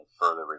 further